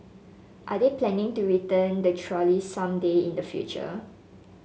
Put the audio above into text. are they planning to return the trolley some day in the future